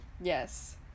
Yes